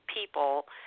people